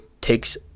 takes